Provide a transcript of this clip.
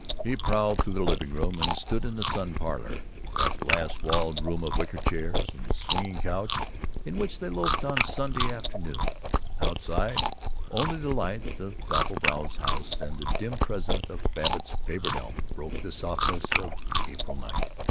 he prowled through the living-room, and stood in the sun-parlor, that glass-walled room of wicker chairs and swinging couch in which they loafed on sunday afternoons. outside only the lights of doppelbrau's house and the dim presence of babbitt's favorite elm broke the softness of april night.